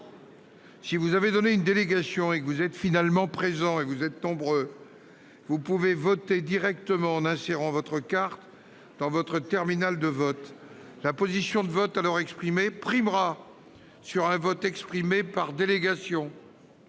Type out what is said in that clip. Si vous avez donné une délégation et que vous êtes finalement présent, vous pouvez voter directement en insérant votre carte dans votre terminal de vote. La position de vote alors exprimée primera sur un vote exprimé par délégation.